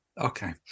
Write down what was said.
Okay